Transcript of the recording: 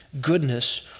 goodness